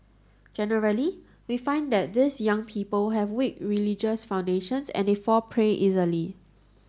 generally we find that these young people have weak religious foundations and they fall prey easily